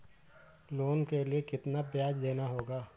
Loan के लिए कितना ब्याज देना होगा?